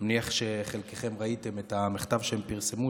אני מניח שחלקכם ראיתם את המכתב שהם פרסמו,